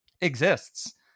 exists